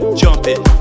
jumping